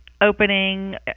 opening